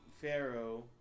Pharaoh